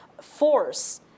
force